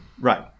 right